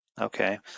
Okay